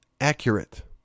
accurate